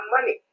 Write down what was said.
money